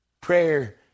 Prayer